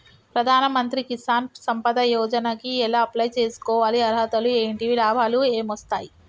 ప్రధాన మంత్రి కిసాన్ సంపద యోజన కి ఎలా అప్లయ్ చేసుకోవాలి? అర్హతలు ఏంటివి? లాభాలు ఏమొస్తాయి?